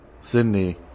Sydney